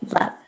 love